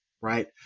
right